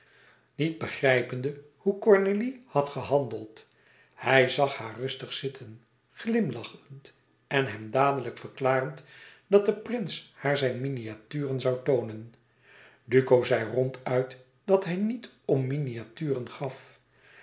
niet begrijpende hoe cornélie had gehandeld hij zag haar rustig zitten glimlachend en hem dadelijk verklarend dat de prins haar zijn miniaturen zoû toonen duco zei ronduit dat hij niet om miniaturen gaf